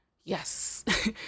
yes